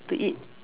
to eat